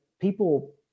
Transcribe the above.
people